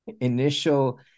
initial